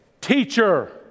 teacher